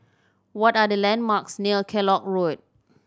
what are the landmarks near Kellock Road